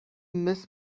miss